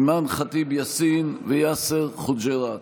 אימאן ח'טיב יאסין ויאסר חוג'יראת,